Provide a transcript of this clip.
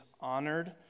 honored